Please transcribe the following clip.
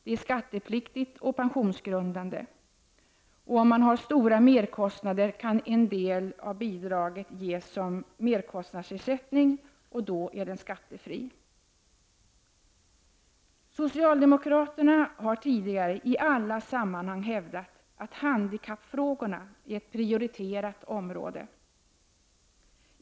Det är skattepliktigt och pensionsgrundande. Om man har stora merkostnader kan en del av bidraget ges som merkostnadsersättning och den delen är då skattefri. Socialdemokraterna har tidigare i alla sammanhang hävdat att handikappfrågorna är ett prioriterat område.